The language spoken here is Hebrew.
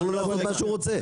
מותר לו לעשות מה שהוא רוצה.